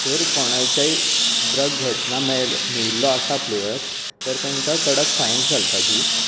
जर कोणाच्याय ड्रग्स घेतिल्लो मेळ्ळिल्लो आसा खेळाडु तर तांकां कडक फायन घालपची